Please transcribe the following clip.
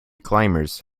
climbers